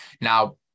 Now